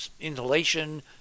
inhalation